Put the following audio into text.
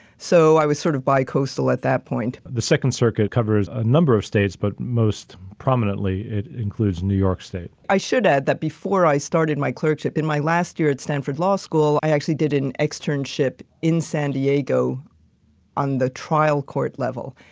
so i was sort of bi-coastal at that point. the second circuit covers a number of states but most prominently includes in new york state. i should add that before i started my clerkship in my last year at stanford law school, i actually did an externship in san diego on the trial court level,